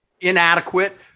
inadequate